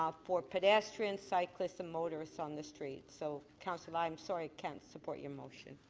ah for pedestrians, cyclists and motorists on the street. so councillor lai, i'm sorry i can't support your motion.